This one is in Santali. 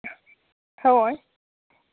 ᱦᱳᱭ